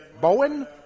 Bowen